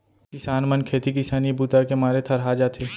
किसान मन खेती किसानी बूता के मारे थरहा जाथे